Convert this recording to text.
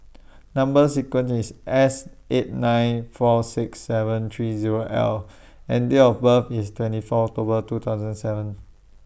Number sequence IS S eight nine four six seven three Zero L and Date of birth IS twenty four October two thousand seven